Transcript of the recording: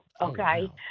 okay